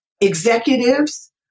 executives